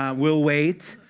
um we'll wait.